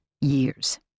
years